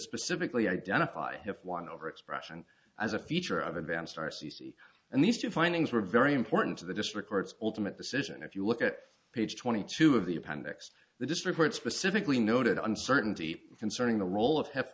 specifically identify if one over expression as a feature of advanced r c c and these two findings were very important to the district courts ultimate decision if you look at page twenty two of the appendix the district court specifically noted uncertainty concerning the role of ha